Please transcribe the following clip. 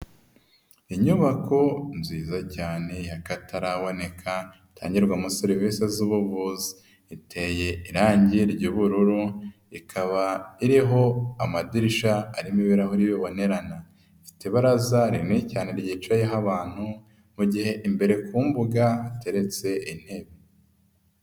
Inyubako nziza cyane y'akataraboneka itangirwamo serivise z'ubuvuzi, iteye irange ry'ubururu, ikaba iriho amadirishya arimo ibirahuri bibonerana, ifite ibaraza rinini cyane ryicayeho abantu, mu gihe imbere ku mbuga hateretse intebe.